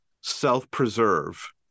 self-preserve